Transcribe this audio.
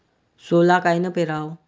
सोला कायनं पेराव?